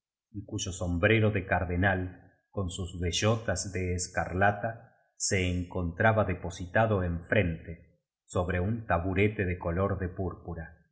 y cuyo som brero de cardenal con sus bellotas de escarlata se encontraba depositado enfrente sobre un taburete de color de púrpura